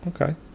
Okay